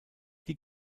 die